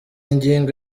ngingo